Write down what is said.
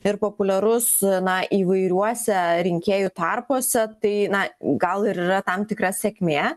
ir populiarus na įvairiuose rinkėjų tarpuose tai na gal ir yra tam tikra sėkmė